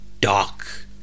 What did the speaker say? dark